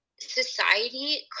society